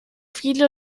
viele